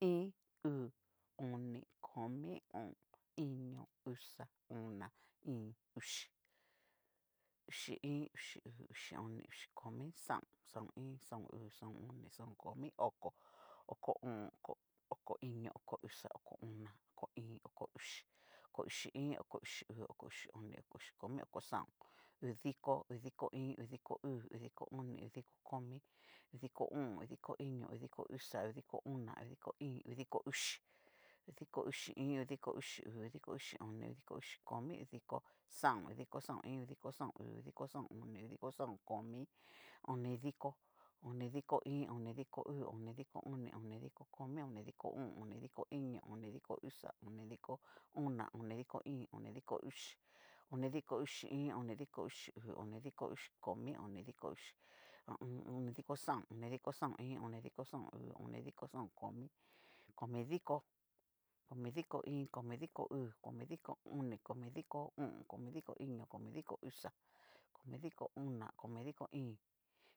Iin, uu, oni, komi, o'on, iño, uxa, ona, íín, uxi, uxi iin, uxi uu, uxi oni, uxi komi, xaón, xaón iin, xaón uu, xaón oni, xaón komi, oko, oko o'on, oko iño, oko uxa. oko ona, oko íín, oko uxi, oko uxi iin, oko uxi uu, oko uxi oni, oko uxi komi, oko xaon, udiko, udiko iin, udiko uu, udiko komi, udiko o'on, udiko iño, udiko uxa, udiko ona, udiko íín, udiko uxi, udiko uxi iin, udiko uxi uu, udiko uxi oni, udiko uxi komi, udiko uxi xaon, udiko xaon iin, udiko xaon uu, udiko xaon oni, udiko xaon komi, onidiko, onidiko iin, onidiko uu, onidiko oni, onidiko komi, onidiko o'on, onidiko iño, onidiko uxa, onidiko ona, onidiko ona, onidiko íín, onidiko uxi, onidiko uxi iin, onidiko uxi uu, onidiko uxi oni, onidiko uxi komi, onidiko ho o on. onidiko xaon, onidiko xaon iin, onidiko xaon uu, onidiko xaon oni, onidiko xaon komi, komidiko, komidiko iin, komidiko uu, komidiko oni, komidiko o'on, komidiko iño, komidiko uxa, komidiko ona, komidiko íín,